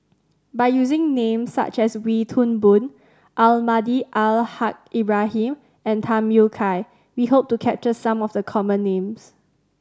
by using names such as Wee Toon Boon Almahdi Al Haj Ibrahim and Tham Yui Kai we hope to capture some of the common names